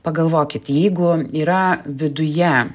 pagalvokit jeigu yra viduje